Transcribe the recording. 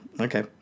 Okay